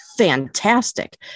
fantastic